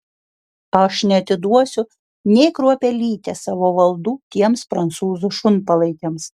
aš neatiduosiu nė kruopelytės savo valdų tiems prancūzų šunpalaikiams